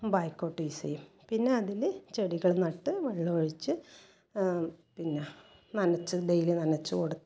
ബായിക്കോട്ട് use ചെയ്യും അതിൽ ചെടികൾ നട്ട് വെള്ളം ഒഴിച്ച് പിന്നെ നനച്ച് ഡെയിലി നനച്ച് കൊടുത്ത്